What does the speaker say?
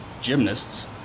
gymnasts